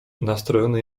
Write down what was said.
nastrojony